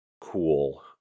cool